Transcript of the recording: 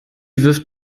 wirft